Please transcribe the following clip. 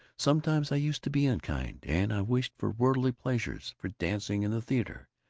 sometimes i used to be unkind, and i wished for worldly pleasures, for dancing and the theater.